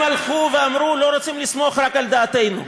הם הלכו ואמרו: אנחנו לא רוצים לסמוך רק על דעתנו,